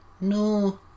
no